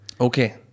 Okay